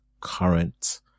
current